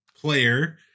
player